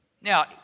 Now